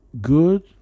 good